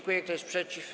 Kto jest przeciw?